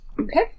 Okay